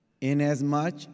Inasmuch